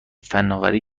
فنآوری